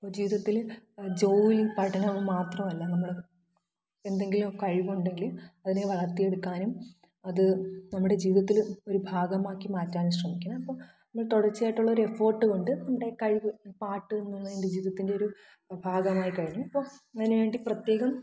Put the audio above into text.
ഇപ്പോൾ ജീവിതത്തിൽ ജോലി പഠനവും മാത്രമല്ല നമ്മൾ എന്തെങ്കിലും കഴിവുണ്ടെങ്കിൽ അതിനെ വളര്ത്തിയെടുക്കാനും അത് നമ്മുടെ ജീവിതത്തിൽ ഒരു ഭാഗമാക്കി മാറ്റാനും ശ്രമിക്കണം അപ്പോൾ നമ്മൾ തുടര്ച്ചയായിട്ടുള്ളൊരു എഫർട്ട് കൊണ്ട് നമ്മുടെ കഴിവ് പാട്ട് എന്നുള്ളത് എന്റെ ജീവിതത്തിൻ്റെ ഒരു ഭാഗമായിക്കഴിഞ്ഞു ഇപ്പോൾ അതിന് വേണ്ടി പ്രത്യേകം